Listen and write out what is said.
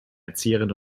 erzieherin